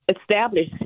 establish